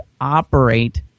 operate